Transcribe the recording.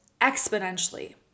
exponentially